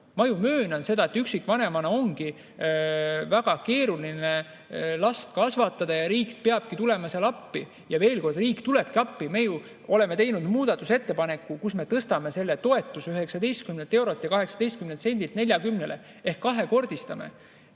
Ma möönan, et üksikvanemana on väga keeruline last kasvatada ja riik peabki tulema appi. Ja veel kord: riik tulebki appi. Me ju oleme teinud muudatusettepaneku, kus me tõstame selle toetuse 19 eurolt ja 18 sendilt 40-le ehk kahekordistame.